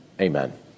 Amen